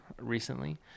recently